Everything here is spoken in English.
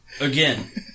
Again